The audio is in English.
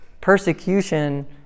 Persecution